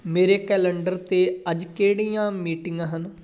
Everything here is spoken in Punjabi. ਮੇਰੇ ਕੈਲੰਡਰ 'ਤੇ ਅੱਜ ਕਿਹੜੀਆਂ ਮੀਟਿੰਗਾਂ ਹਨ